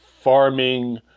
farming